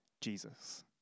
Jesus